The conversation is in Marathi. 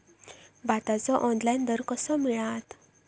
भाताचो ऑनलाइन दर कसो मिळात?